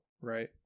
right